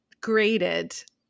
graded